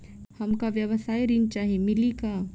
हमका व्यवसाय ऋण चाही मिली का?